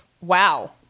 wow